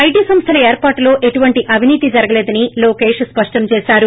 IT సంస్వల ఏర్పాటులో ఎటువంటి అవినీతి జరగలేదని లోకేష్ స్పష్టంచేశారు